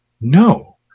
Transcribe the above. No